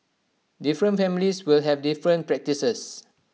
different families will have different practices